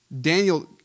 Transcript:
Daniel